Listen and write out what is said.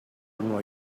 when